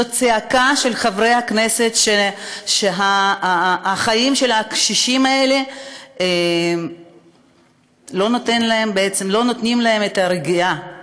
זו צעקה של חברי הכנסת שהחיים של הקשישים האלה לא נותנים להם את הרגיעה,